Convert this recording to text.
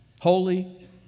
holy